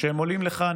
הם עולים לכאן,